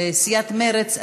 סיעת מרצ,